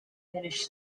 finnish